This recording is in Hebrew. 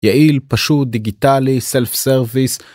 יעיל, פשוט, דיגיטלי, סלף סרוויס.